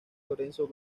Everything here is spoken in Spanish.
lorenzo